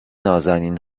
نــازنین